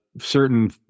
certain